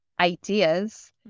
ideas